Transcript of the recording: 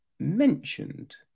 mentioned